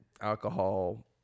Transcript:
alcohol